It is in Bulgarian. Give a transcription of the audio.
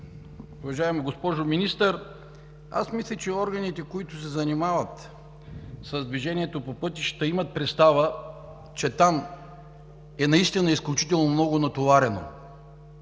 уважаема госпожо Министър! Аз мисля, че органите, които се занимават с движението по пътищата, имат представа, че там наистина е изключително много натоварено